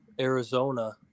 Arizona